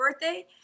birthday